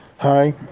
Hi